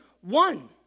one